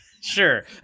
Sure